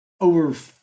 over